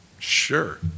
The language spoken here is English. Sure